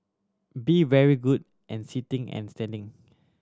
be very good and sitting and standing